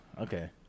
Okay